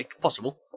possible